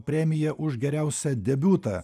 premiją už geriausią debiutą